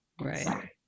Right